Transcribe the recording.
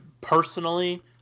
personally